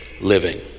living